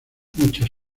muchas